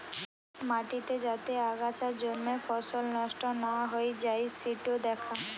মাটিতে যাতে আগাছা জন্মে ফসল নষ্ট না হৈ যাই সিটো দ্যাখা